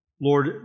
Lord